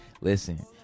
Listen